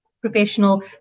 professional